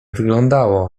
wyglądało